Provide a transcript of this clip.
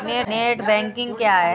Net banking क्या है?